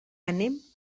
anem